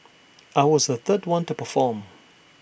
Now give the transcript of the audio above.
I was the third one to perform